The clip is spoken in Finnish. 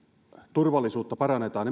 turvallisuutta parannetaan